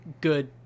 good